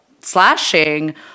slashing